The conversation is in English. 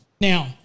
Now